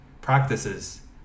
practices